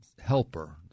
helper